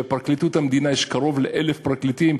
בפרקליטות המדינה יש קרוב ל-1,000 פרקליטים,